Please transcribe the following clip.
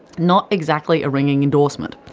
not exactly a ringing endorsement,